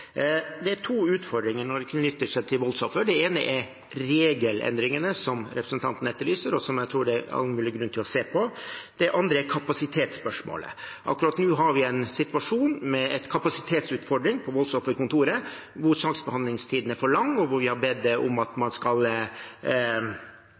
Det er to utfordringer knyttet til voldsofre. Det ene er regelendringene som representanten etterlyser, og som jeg tror det er all mulig grunn til å se på. Det andre er kapasitetsspørsmålet. Akkurat nå har vi en situasjon med en kapasitetsutfordring på voldsofferkontoret. Saksbehandlingstiden er for lang, og vi har bedt om at